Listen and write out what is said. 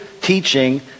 teaching